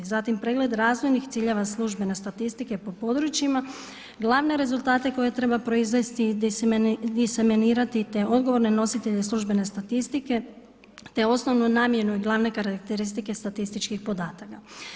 Zatim, pregled razvojnih ciljeva službene statistike po područjima, glavne rezultate koje treba proizvesti, disemenirati, te odgovorne nositelje službene statistike, te osnovnu namjenu i glavne karakteristike statističkih podatka.